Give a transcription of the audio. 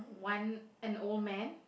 one an old man